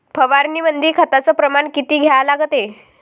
फवारनीमंदी खताचं प्रमान किती घ्या लागते?